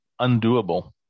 undoable